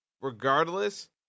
regardless